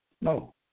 no